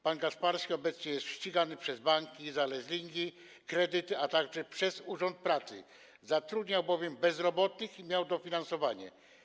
Pan Gasparski jest obecnie ścigany przez banki za leasingi, kredyty, a także przez urząd pracy, zatrudniał bowiem bezrobotnych i miał dofinansowanie.